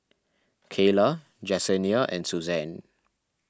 Cayla Jessenia and Suzan